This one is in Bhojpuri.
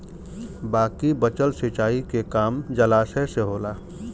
बाकी बचल सिंचाई के काम जलाशय से होला